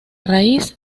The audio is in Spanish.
raíz